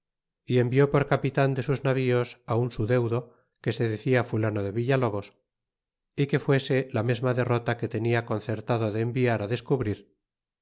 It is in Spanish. y envió por capitan de los navíos un su deudo que se decia fulano de villalobos y que se fuese la mesma derrota que tenia concertado de enviar á descubrir